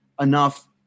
enough